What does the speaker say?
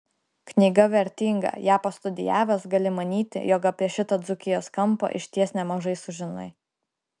knyga vertinga ją pastudijavęs gali manyti jog apie šitą dzūkijos kampą išties nemažai sužinai